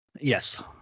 Yes